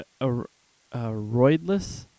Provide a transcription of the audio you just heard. A-Roidless